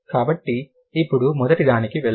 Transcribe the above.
కాబట్టి ఇప్పుడు మొదటిదానికి వెళ్దాం